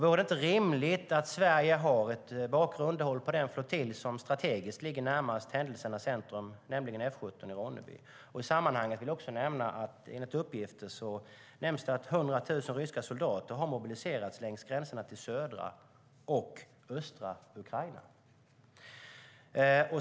Vore det inte rimligt att Sverige har ett bakre underhåll på den flottilj som strategiskt ligger närmast händelsernas centrum, nämligen F 17 i Ronneby? I sammanhanget vill jag också nämna att enligt uppgifter har 100 000 ryska soldater mobiliserats längs gränserna till södra och östra Ukraina.